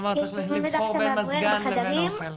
כלומר צריך לבחור בין מזגן לבין אוכל,